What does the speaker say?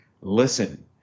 listen